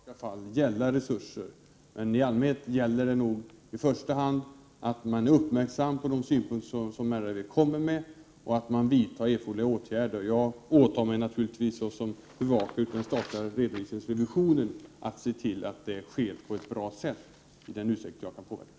Herr talman! Det kan i vissa enstaka fall gälla resurser. Men i allmänhet gäller det nog i första hand att man är uppmärksam på de synpunkter RRV kommer med och att man vidtar erforderliga åtgärder. Jag åtar mig naturligtvis, såsom bevakare av den statliga redovisningsrevisionen, att se till att det sker på ett bra sätt, i den utsträckning jag kan påverka.